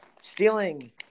stealing